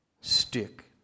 Stick